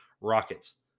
rockets